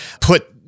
put